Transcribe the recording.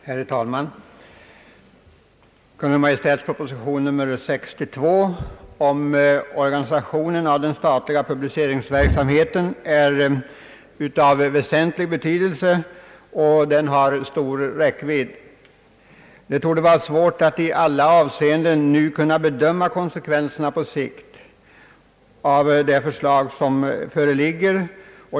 Herr talman! Kungl. Maj:ts proposition nr 62 om organisationen av den statliga publiceringsverksamheten är av väsentlig betydelse, och den har en stor räckvidd. Det torde vara svårt att i alla avseenden nu kunna bedöma konsekvenserna på sikt av det förslag som föreligger.